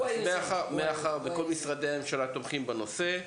מאחר וכל משרדי הממשלה תומכים בנושא,